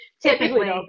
typically